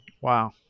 Wow